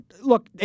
Look